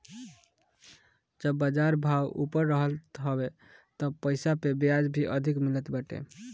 जब बाजार भाव ऊपर रहत हवे तब पईसा पअ बियाज भी अधिका मिलत बाटे